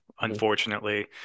unfortunately